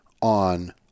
on